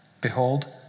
behold